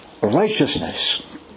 righteousness